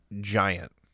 giant